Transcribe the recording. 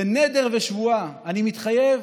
בנדר ושבועה, אני מתחייב,